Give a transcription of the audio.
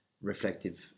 reflective